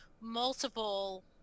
multiple